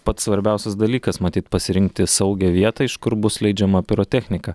pats svarbiausias dalykas matyt pasirinkti saugią vietą iš kur bus leidžiama pirotechnika